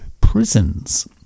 prisons